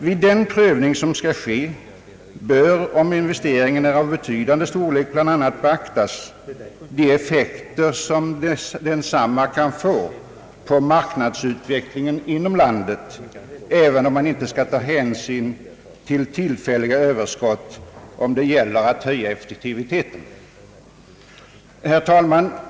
Vid den prövning som skall ske bör, om investeringen är av betydande storlek, bl.a. beaktas den effekt som densamma kan få på marknadsutvecklingen inom landet, även om man inte skall ta hänsyn till tillfälliga överskott om det gäller att höja effektiviteten. Herr talman!